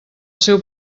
seu